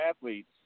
athletes